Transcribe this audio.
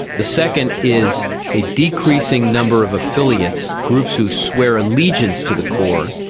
the second is a decreasing number of affiliates, groups who swear allegiance to the core.